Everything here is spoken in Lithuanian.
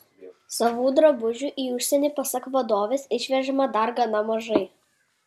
savų drabužių į užsienį pasak vadovės išvežama dar gana mažai